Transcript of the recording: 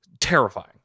terrifying